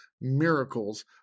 miracles